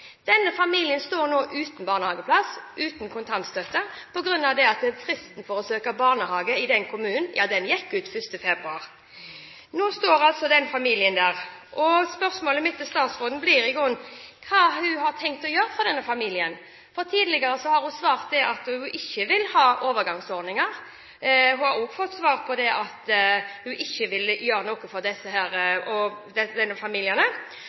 Denne familien står nå uten barnehageplass og uten kontantstøtte på grunn av at fristen for å søke barnehage i den kommunen gikk ut 1. februar. Nå står altså den familien der. Spørsmålet mitt til statsråden blir i grunnen hva hun har tenkt å gjøre for denne familien. Tidligere har hun svart at hun ikke vil ha overgangsordninger. Hun har også svart at hun ikke vil gjøre noe for disse familiene. Hva med lovligheten i dette? Vil det ha tilbakevirkende kraft? Spørsmålet blir: Hva vil statsråden gjøre for denne